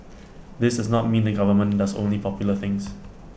this does not mean the government does only popular things